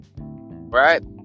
Right